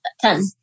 Ten